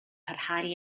parhau